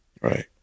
Right